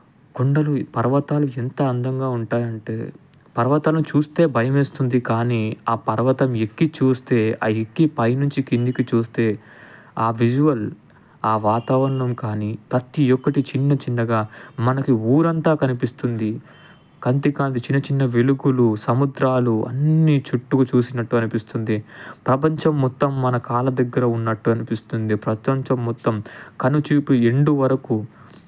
కొండలు పర్వతాలు ఎంత అందంగా ఉంటాయి అంటే పర్వతాన్ని చూస్తే భయం వేస్తుంది కానీ ఆ పర్వతం ఎక్కి చూస్తే ఆ ఎక్కి పైనుంచి కిందికి చూస్తే ఆ విజువల్ ఆ వాతావరణం కానీ ప్రతి ఒక్కటి చిన్న చిన్నగా మనకి ఊరంతా కనిపిస్తుంది కంటి కాంతి చిన్నచిన్న వెలుగులు సముద్రాలు అన్ని చుట్టుకు చూసినట్టు అనిపిస్తుంది ప్రపంచం మొత్తం మన కాళ్ళ దగ్గర ఉన్నట్టు అనిపిస్తుంది ప్రపంచం మొత్తం కనుచూపు ఎండ్ వరకు